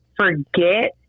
forget